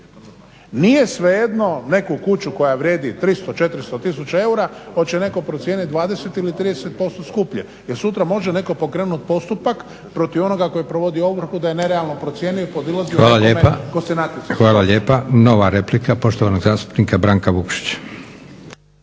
Nije svejedno neku kuću koja vrijedi 300, 400 tisuća eura hoće li netko procijeniti 20 ili 30% skuplje jer sutra može netko pokrenuti postupak protiv onoga koji provodi ovrhu da je nerealno procijenio i podilazio svakome tko se natjecao. **Leko, Josip (SDP)** Hvala lijepa. Nova replika, poštovanog zastupnika Branka Vukšića.